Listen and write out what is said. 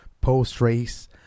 post-race